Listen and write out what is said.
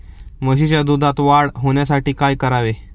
म्हशीच्या दुधात वाढ होण्यासाठी काय करावे?